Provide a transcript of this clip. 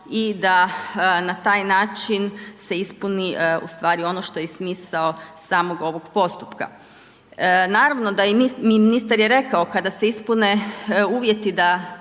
i da na taj način se ispuni ono što je i smisao samog ovog postupka. Naravno da i ministar je rekao kada se ispune uvjeti da